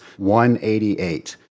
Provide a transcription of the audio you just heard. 188